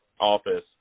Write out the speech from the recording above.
office